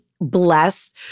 blessed